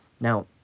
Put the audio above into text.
Now